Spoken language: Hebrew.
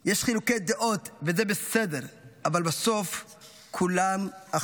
יש חילוקי דעות וזה בסדר, אבל בסוף כולנו אחים".